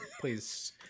please